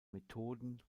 methoden